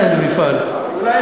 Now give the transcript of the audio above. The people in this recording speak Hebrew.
באיזה מפעל אתה עובד?